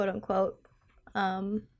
quote-unquote